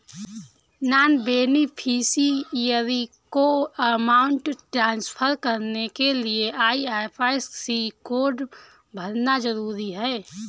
non beneficiary को amount transfer करने के लिए आई.एफ.एस.सी कोड भरना जरूरी है